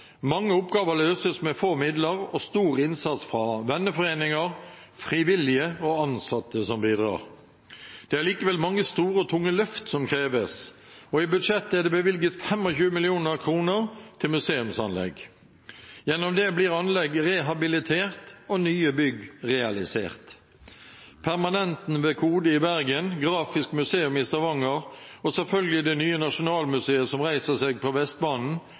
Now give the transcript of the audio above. Mange oppgaver løses med få midler og stor innsats fra venneforeninger, frivillige og ansatte som bidrar. Det er likevel mange store og tunge løft som kreves, og i budsjettet er det bevilget 25 mill. kr til museumsanlegg. Gjennom det blir anlegg rehabilitert og nye bygg realisert. Permanenten ved KODE i Bergen, grafisk museum i Stavanger og selvfølgelig det nye nasjonalmuseet som reiser seg på Vestbanen